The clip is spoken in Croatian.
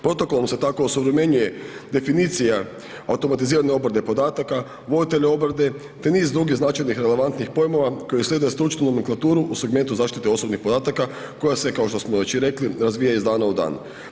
Protokol se tako osuvremenjuje definicija automatizirane obrade podataka, voditelj obrade te niz drugih značajnih relevantnih pojmova koji slijede stručnu nomenklaturu u segmentu zaštite osobnih podataka koja se kao što smo već rekli, razvija iz dana u dan.